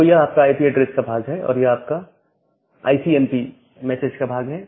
तो यह आपका आईपी एड्रेस का भाग है और यह आपका आईसीएमपी मैसेज का भाग है